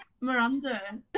Miranda